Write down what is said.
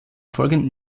folgenden